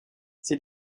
ses